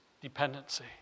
dependency